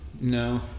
No